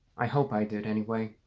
i hope i did. anyway,